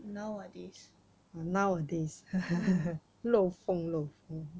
nowadays